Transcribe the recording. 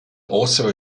also